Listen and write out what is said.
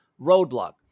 roadblock